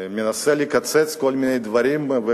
מנסה לקצץ כל מיני דברים,